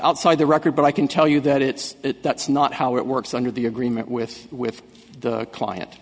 outside the record but i can tell you that it's that's not how it works under the agreement with with the client